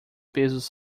pesos